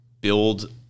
build